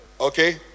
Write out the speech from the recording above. okay